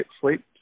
sleep